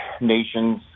nations